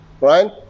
right